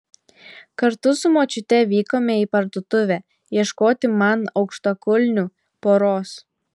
kartu su močiute vykome į parduotuvę ieškoti man aukštakulnių poros